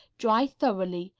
dry thoroughly,